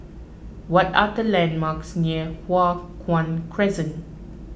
what are the landmarks near Hua Guan Crescent